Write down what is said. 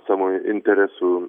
savo interesų